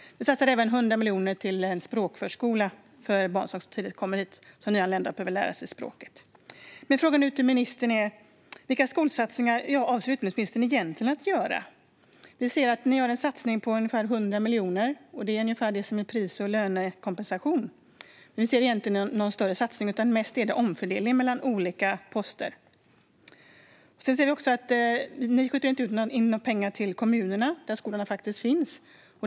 Vi satsar 100 miljoner på språkförskola för barn som tidigt kommer hit som nyanlända och behöver lära sig språket. Min fråga till utbildningsministern är vilka skolsatsningar hon avser att göra. Vi ser att ni gör en satsning på ungefär 100 miljoner. Det är ungefär det som är pris och lönekompensation. Vi ser inte någon större satsning utan mest omfördelning mellan olika poster. Vi ser också att ni inte skjuter till några pengar till kommunerna, där skolorna faktiskt finns.